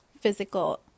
physical